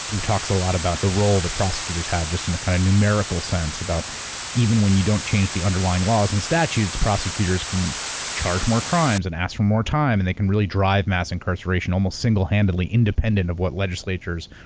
who talks a lot about the role the prosecutors have just in a kind of numerical sense, about even when you don't change the underlying laws and statutes, prosecutors can charge more crimes, and ask for more time, and they can really drive mass incarceration almost single handedly, independent of what legislatures,